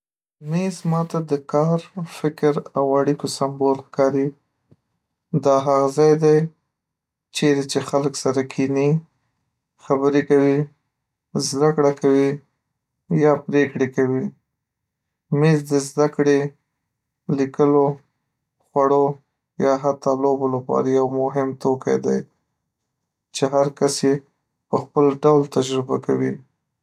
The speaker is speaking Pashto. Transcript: میز ماته د کار، فکر، او اړیکو سمبول ښکاري. دا هغه ځای دی چیرې چې خلک سره کښېني، خبرې کوي، زده‌کړه کوي یا پرېکړې کوي. میز د زده‌کړې، لیکلو، خوړو یا حتی لوبو لپاره یو مهم توکی دی، چې هر کس یې په خپل ډول تجربه کوي.